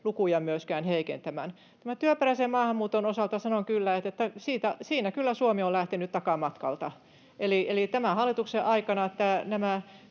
lukuja myöskään heikentämään. Tämän työperäisen maahanmuuton osalta sanon, että siinä kyllä Suomi on lähtenyt takamatkalta. Tämän hallituksen aikana